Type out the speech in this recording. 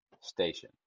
station